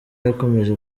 yakomeje